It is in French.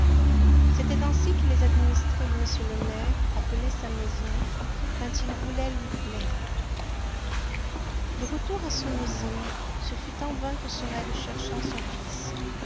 c'était ainsi que les administrés de m le maire appelaient sa maison quand ils voulaient lui plaire de retour à son usine ce fut en vain que sorel chercha son fils